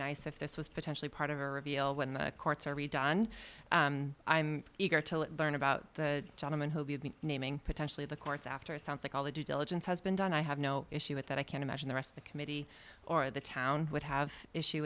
nice if this was potentially part of our appeal when the courts are redone and i'm eager to learn about the gentleman who we have been naming potentially the courts after it sounds like all the due diligence has been done i have no issue with that i can imagine the rest of the committee or the town would have issue